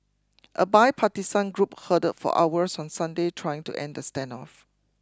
a bipartisan group huddled for hours on Sunday trying to end the standoff